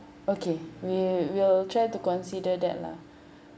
okay we'll we'll try to consider that lah